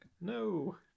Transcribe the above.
No